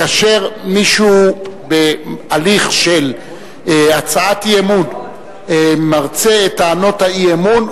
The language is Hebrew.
כאשר מישהו בהליך של הצעת אי-אמון מרצה את טענות האי-אמון,